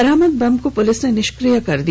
बरामद बम को पुलिस ने निष्क्रिय कर दिया